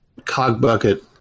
Cogbucket